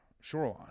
shoreline